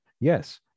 Yes